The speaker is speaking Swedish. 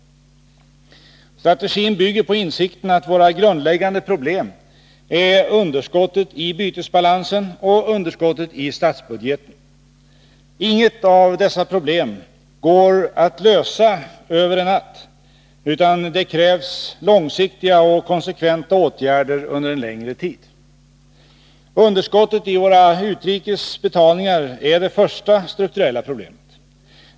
Strategin bygger på insikten att våra grundläggande problem är underskottet i bytesbalansen och underskottet i statsbudgeten. Inget av dessa problem går att lösa över en natt, utan det krävs långsiktiga och konsekventa åtgärder under en längre tid. Underskottet i våra utrikes betalningar är det första strukturella problemet.